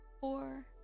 four